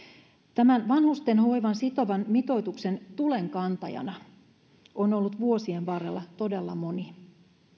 tämän vanhustenhoivan sitovan mitoituksen tulenkantajana on ollut vuosien varrella todella moni